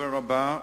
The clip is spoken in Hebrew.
הדובר הבא,